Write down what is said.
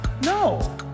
No